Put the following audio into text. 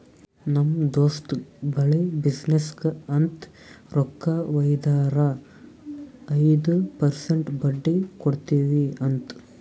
ನಮ್ ದೋಸ್ತ್ ಬಲ್ಲಿ ಬಿಸಿನ್ನೆಸ್ಗ ಅಂತ್ ರೊಕ್ಕಾ ವೈದಾರ ಐಯ್ದ ಪರ್ಸೆಂಟ್ ಬಡ್ಡಿ ಕೊಡ್ತಿವಿ ಅಂತ್